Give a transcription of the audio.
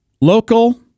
Local